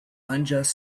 unjust